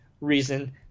reason